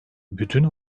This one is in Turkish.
bütün